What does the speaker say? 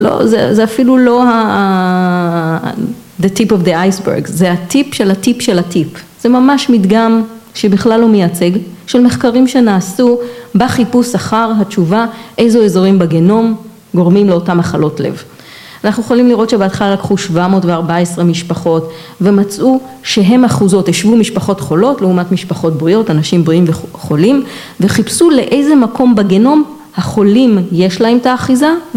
‫לא, זה אפילו לא... ‫הטיפ של הטיפ של הטיפ. ‫זה ממש מדגם שבכלל לא מייצג, ‫של מחקרים שנעשו בחיפוש אחר התשובה ‫איזו אזורים בגנום ‫גורמים לאותן מחלות לב. ‫אנחנו יכולים לראות שבהתחלה ‫קחו 714 משפחות ‫ומצאו שהן אחוזות. ‫ישבו משפחות חולות ‫לעומת משפחות בריאות, ‫אנשים בריאים וחולים, ‫וחיפשו לאיזה מקום בגנום ‫החולים יש להם את האחיזה